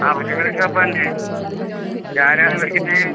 ആ പച്ചക്കറി ഷോപ്പ് തന്നെ ഇത് ആരാണ് വിളിക്കുന്നത്